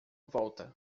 volta